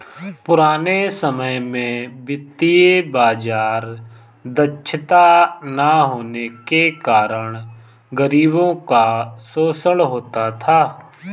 पुराने समय में वित्तीय बाजार दक्षता न होने के कारण गरीबों का शोषण होता था